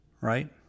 right